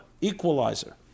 equalizer